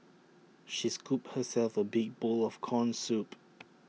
she scooped herself A big bowl of Corn Soup